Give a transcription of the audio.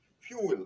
fuel